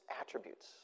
attributes